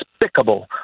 despicable